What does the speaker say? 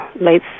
late